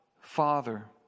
Father